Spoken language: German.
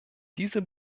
dieser